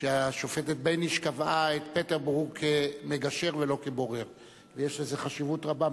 על זה יש בורר, ובורר החליט.